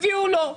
הביאו לו.